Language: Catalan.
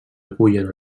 recullen